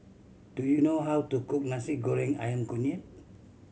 do you know how to cook Nasi Goreng Ayam Kunyit